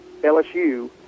LSU